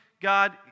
God